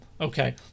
Okay